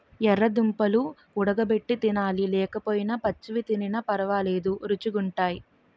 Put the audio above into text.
యెర్ర దుంపలు వుడగబెట్టి తినాలి లేకపోయినా పచ్చివి తినిన పరవాలేదు రుచీ గుంటయ్